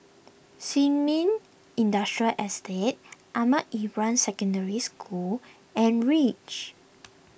Sin Ming Industrial Estate Ahmad Ibrahim Secondary School and Reach